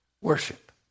Worship